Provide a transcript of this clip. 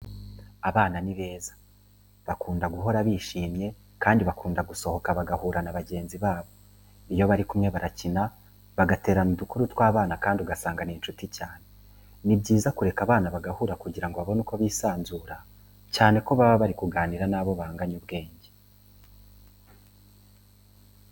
Abana ni beza, bakunda guhora bishyimye kandi bakunda gusohoka bagahura na bagenzi babo. Iyo bari kumwe barakina, bagaterana udukuru tw'abana kandi ugasanga ni inshuti cyane. Ni byiza kureka abana bagahura kugira babone uko bisanzura, cyane ko baba bari kuganira n'abo banganya ubwenge.